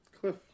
Cliff